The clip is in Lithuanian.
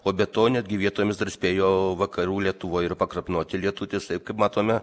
o be to netgi vietomis dar spėjo vakarų lietuvoje ir pakrapnoti lietutis taip kaip matome